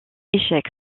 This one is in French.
échec